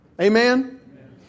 Amen